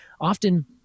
often